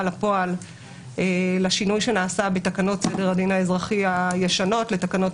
לפועל לשינוי שנעשה בתקנות סדר הדין האזרחי הישנות לתקנות